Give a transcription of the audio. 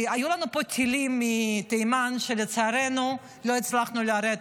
היו לנו פה טילים מתימן שלצערנו, לא הצלחנו ליירט,